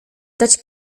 dać